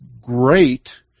great